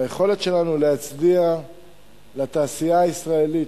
ביכולת שלנו להצדיע לתעשייה הישראלית,